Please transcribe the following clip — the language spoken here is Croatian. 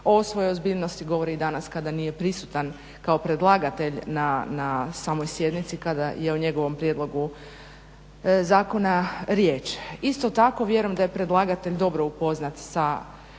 o svojoj ozbiljnosti govori danas kada nije prisutan kao predlagatelj na samoj sjednici, kada je o njegovom prijedlogu zakona riječ. Isto tako, vjerujem da je predlagatelj dobro upoznat sa